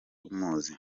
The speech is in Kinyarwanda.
umuzi